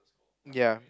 ya